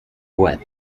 łeb